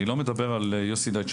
אני לא מדבר על יוסי דייטש,